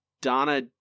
Donna